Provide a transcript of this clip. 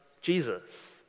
Jesus